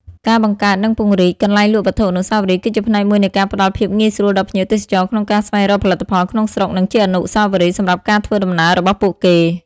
ការបង្កើត និងពង្រីក កន្លែងលក់វត្ថុអនុស្សាវរីយ៍ គឺជាផ្នែកមួយនៃការផ្តល់ភាពងាយស្រួលដល់ភ្ញៀវទេសចរក្នុងការស្វែងរកផលិតផលក្នុងស្រុក និងជាអនុស្សាវរីយ៍សម្រាប់ការធ្វើដំណើររបស់ពួកគេ។